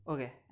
Okay